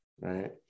right